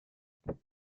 but